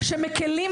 שמקלים,